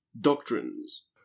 Doctrines